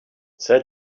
said